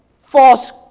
false